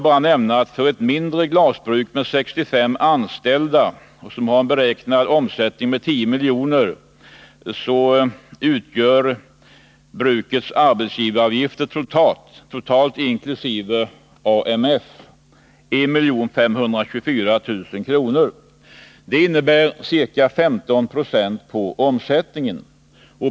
För ett mindre glasbruk med 65 anställda och med en beräknad omsättning på 10 milj.kr. utgör arbetsgivaravgifterna totalt, inkl. AMF, 1524 000 kr. Det innebär ca 15 90 på omsättningen.